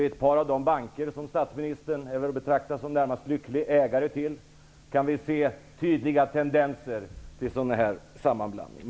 I ett par av de banker som statsministern närmast är att betrakta som en lycklig ägare till kan vi se tydliga tendenser till sådan sammanblandning.